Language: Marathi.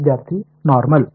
विद्यार्थी नॉर्मल